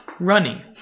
running